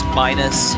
minus